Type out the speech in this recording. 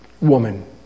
woman